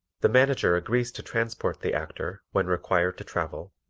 the manager agrees to transport the actor when required to travel,